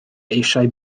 eisiau